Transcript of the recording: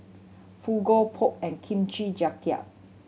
Fugu Pho and Kimchi Jjigae